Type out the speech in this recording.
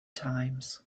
times